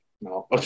No